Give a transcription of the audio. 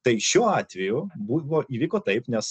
tai šiuo atveju buvo įvyko taip nes